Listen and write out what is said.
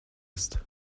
ist